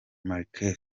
marquez